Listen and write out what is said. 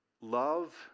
Love